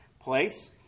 place